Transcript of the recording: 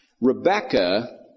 Rebecca